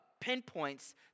pinpoints